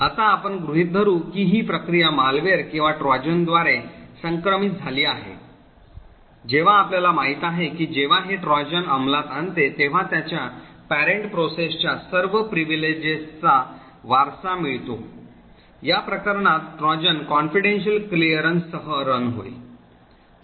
आता आपण गृहित धरू की ही प्रक्रिया मालवेयर किंवा ट्रोजनद्वारे संक्रमित झाली आहे जेव्हा आपल्याला माहित आहे की जेव्हा हे ट्रोजन अंमलात आणते तेव्हा त्याच्या पॅरेण्ट प्रोसेस च्या सर्व प्रिव्हिलेजेसचा वारसा मिळतो या प्रकरणात ट्रोजन confidential clearance सह run होईल